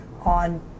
on